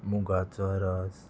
मुगांचो रस